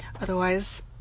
Otherwise